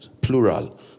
plural